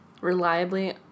Reliably